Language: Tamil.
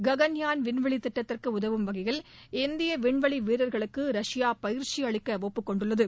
ககன்யான் விண்வெளி திட்டத்திற்கு உதவும் வகையில் இந்திய விண்வெளி வீரா்களுக்கு ரஷ்யா பயிற்சி அளிக்க ஒப்பு கொண்டுள்ளது